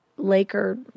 Laker